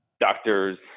doctors